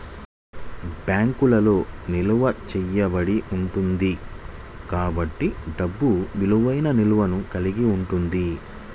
బ్యాంకులో నిల్వ చేయబడి ఉంటుంది కాబట్టి డబ్బు విలువైన నిల్వను కలిగి ఉంది